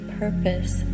purpose